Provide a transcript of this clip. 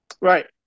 Right